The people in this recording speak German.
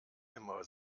immer